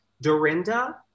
Dorinda